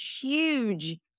huge